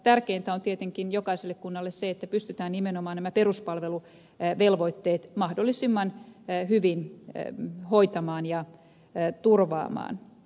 tärkeintä on tietenkin jokaiselle kunnalle se että pystytään nimenomaan nämä peruspalveluvelvoitteet mahdollisimman hyvin hoitamaan ja turvaamaan